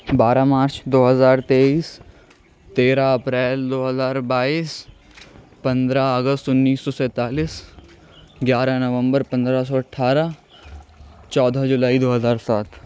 بارہ مارچ دو ہزار تیئیس تیرہ اپریل دو ہزار بائیس پندرہ اگست انیس سو سینتالیس گیارہ نومبر پندرہ سو اٹھارہ چودہ جولائی دو ہزار سات